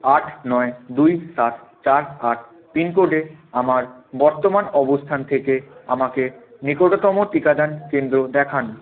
আট নয় দুই সাত চার আট পিন কোডে আমার বর্তমান অবস্থান থেকে আমাকে নিকটতম টিকাদান কেন্দ্র দেখান